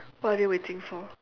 what are they waiting for